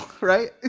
Right